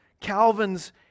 Calvin's